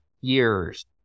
years